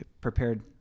prepared